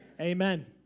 Amen